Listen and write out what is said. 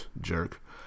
Jerk